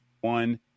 one